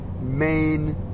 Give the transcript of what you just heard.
main